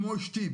כמו אשתי,